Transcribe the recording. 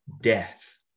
death